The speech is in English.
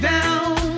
Down